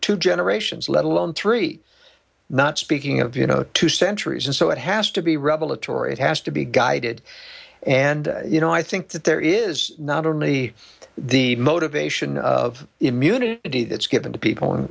two generations let alone three not speaking of you know two centuries and so it has to be rebel it or it has to be guided and you know i think that there is not only the motivation of immunity that's given to people